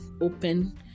open